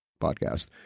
podcast